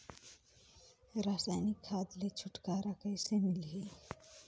रसायनिक खाद ले छुटकारा कइसे मिलही?